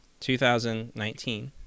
2019